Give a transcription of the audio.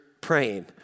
praying